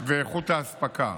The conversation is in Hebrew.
ואיכות האספקה.